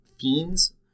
Fiends